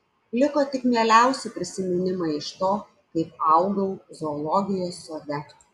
liko tik mieliausi prisiminimai iš to kaip augau zoologijos sode